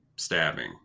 Stabbing